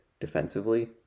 defensively